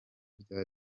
bya